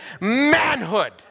manhood